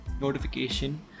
notification